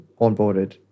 onboarded